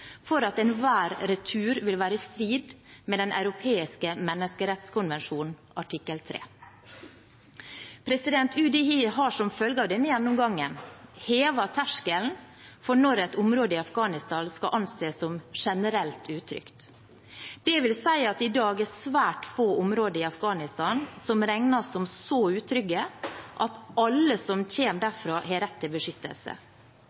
for at enhver retur vil være i strid med Den europeiske menneskerettskonvensjonen artikkel 3. UDI har som følge av denne gjennomgangen hevet terskelen for når et område i Afghanistan skal anses som generelt utrygt. Det vil si at det i dag er svært få områder i Afghanistan som regnes som så utrygge at alle som